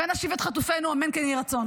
ונשיב את חטופינו, אמן כן יהי רצון.